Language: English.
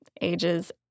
ages